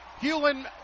Hewlin